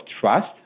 trust